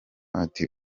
ati